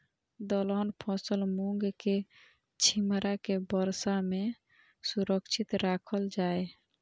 दलहन फसल मूँग के छिमरा के वर्षा में सुरक्षित राखल जाय?